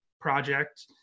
Project